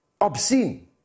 obscene